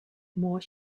more